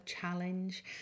challenge